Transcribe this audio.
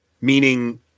meaning